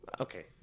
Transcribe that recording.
Okay